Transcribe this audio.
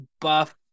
buff